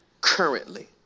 currently